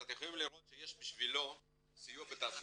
אתם יכולים לראות שיש בשבילו סיוע בתעסוקה,